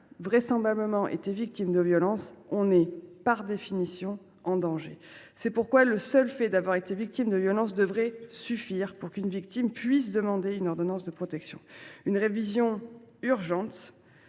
vraisemblablement été victime de violences, on est par définition en danger. C’est pourquoi le seul fait d’avoir été victime de violences devrait suffire pour pouvoir demander une ordonnance de protection. Une révision des